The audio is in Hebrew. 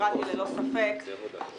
ללא ספק משבר דמוקרטי,